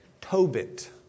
Tobit